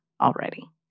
already